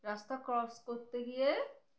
রাস্তা ক্রস করতে গিয়ে